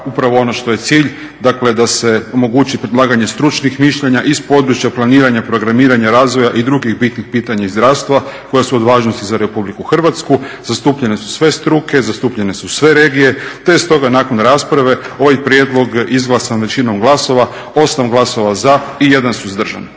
upravo ono što je cilj da se omogući predlaganje stručnih mišljenja iz područja planiranja programiranja razvoja i drugih bitnih pitanja iz zdravstva koja su od važnosti za RH. zastupljene su sve struke, zastupljene su sve regije te je stoga nakon rasprave ovaj prijedlog izglasan većinom glasova, 8 glasova za i 1 suzdržan.